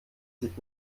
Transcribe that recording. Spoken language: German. sich